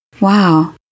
Wow